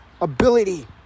ability